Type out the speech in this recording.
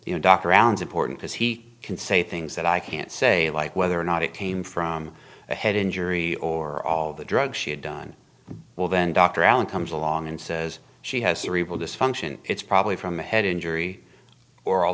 you know dr rounds important because he can say things that i can't say like whether or not it came from a head injury or all the drugs she had done well then dr alan comes along and says she has cerebral dysfunction it's probably from a head injury or all